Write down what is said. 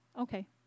okay